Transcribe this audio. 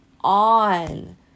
on